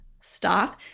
Stop